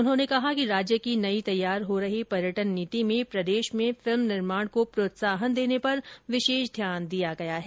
उन्होंने कहा कि राज्य की नई तैयार हो रही पर्यटन नीति में प्रदेश में फिल्म निर्माण को प्रोत्साहन देने पर विशेष ध्यान दिया गया है